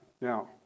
Now